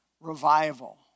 Revival